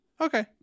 Okay